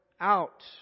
out